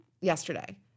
yesterday